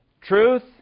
truth